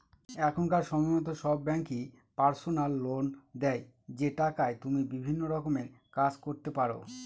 এখনকার সময়তো সব ব্যাঙ্কই পার্সোনাল লোন দেয় যে টাকায় তুমি বিভিন্ন রকমের কাজ করতে পারো